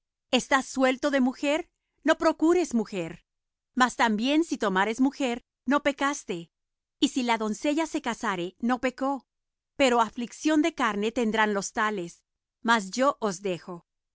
estáis suelto de mujer no procures mujer mas también si tomares mujer no pecaste y si la doncella se casare no pecó pero aflicción de carne tendrán los tales mas yo os dejo